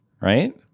right